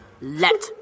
Let